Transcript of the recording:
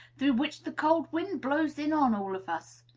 through which the cold wind blows in on all of us?